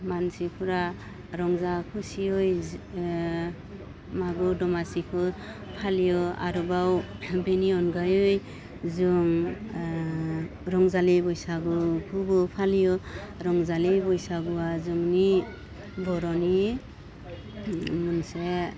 मानसिफ्रा रंजा खुसियै मागो दमासिखौ फालियो आरोबाव बेनि अनगायै जों रंजालि बैसागुखौबो फालियो रंजालि बैसागुआ जोंनि बर'नि मोनसे